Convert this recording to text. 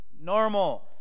normal